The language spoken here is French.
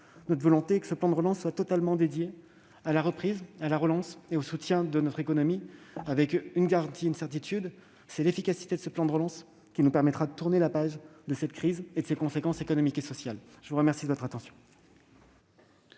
Notre volonté est que ce plan de relance soit totalement dédié à la reprise, à la relance et au soutien de notre économie, avec une garantie : l'efficacité de ce plan de relance, qui nous permettra de tourner la page de la crise et de ses conséquences économiques et sociales. Nous allons